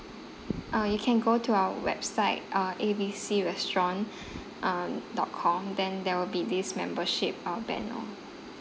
uh you can go to our website uh A B C restaurant um dot com then there will be this membership uh banner